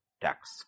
tax